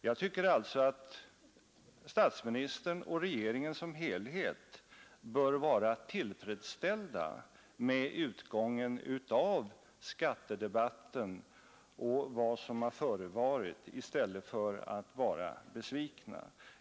Jag tycker alltså att statsministern och regeringen som helhet bör vara tillfredsställda med utgången av skattedebatten och vad som förevarit i stället för att vara besvikna.